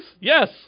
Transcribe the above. Yes